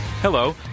Hello